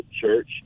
Church